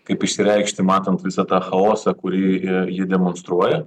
kaip išsireikšti matant visą tą chaosą kurį ji demonstruoja